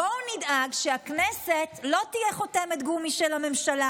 בואו נדאג שהכנסת לא תהיה חותמת גומי של הממשלה,